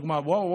לדוגמה: וואו,